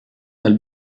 dal